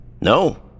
No